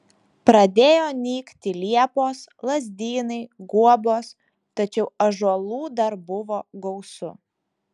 pradėjo nykti liepos lazdynai guobos tačiau ąžuolų dar buvo gausu